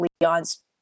Leon's